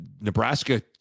Nebraska